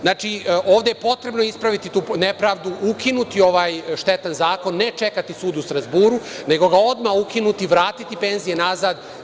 Znači, ovde je potrebno ispraviti tu nepravdu, ukinuti ovaj štetan zakon, ne čekati sud u Strazburu nego ga odmah ukinuti i vratiti penzije nazad.